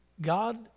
God